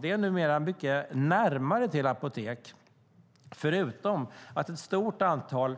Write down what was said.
Det är numera mycket närmare till apotek, förutom att ett stort antal